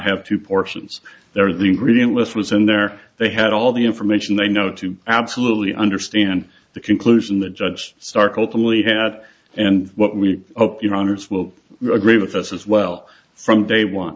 have two portions there the ingredient list was in there they had all the information they know to absolutely understand the conclusion the judge stark ultimately had and what we hope your honour's will agree with us as well from day one